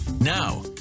Now